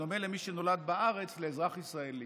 בדומה למי שנולד בארץ לאזרח ישראלי.